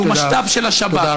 שהוא משת"פ של השב"כ,